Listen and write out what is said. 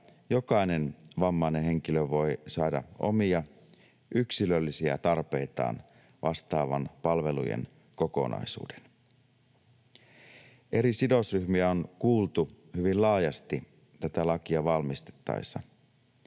jokainen vammainen henkilö voi saada omia, yksilöllisiä tarpeitaan vastaavan palvelujen kokonaisuuden. Eri sidosryhmiä on kuultu hyvin laajasti tätä lakia valmisteltaessa.